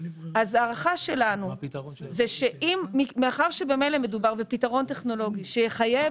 הערכה שלנו היא שמאחר שממילא מדובר בפתרון טכנולוגי שיחייב